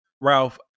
Ralph